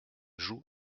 joue